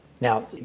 Now